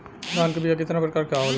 धान क बीया क कितना प्रकार आवेला?